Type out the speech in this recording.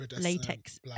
latex